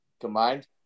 combined